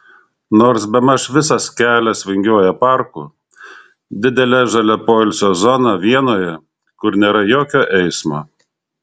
nors bemaž visas kelias vingiuoja parku didele žalia poilsio zona vienoje kur nėra jokio eismo